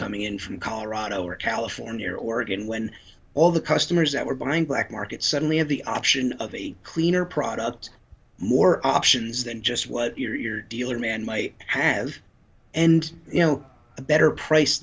coming in from colorado or california or oregon when all the customers that were buying black market suddenly have the option of a cleaner product more options than just what your dealer man might have and you know a better p